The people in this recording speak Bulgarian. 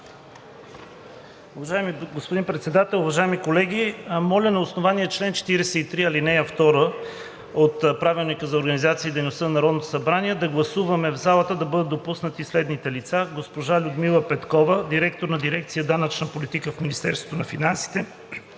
Уважаеми господин Председател, уважаеми колеги! Моля на основание чл. 43, ал. 2 от Правилника за организацията и дейността на Народното събрание да гласуваме в залата да бъдат допуснати следните лица: госпожа Людмила Петкова – директор на дирекция „Данъчна политика“ в Министерството на финансите,